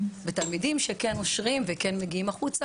ותלמידים שכן נושרים וכן מגיעים החוצה,